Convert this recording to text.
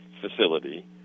facility